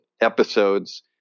episodes